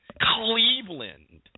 Cleveland